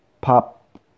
pop